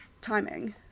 timing